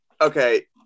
Okay